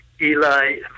Eli